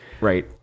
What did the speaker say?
Right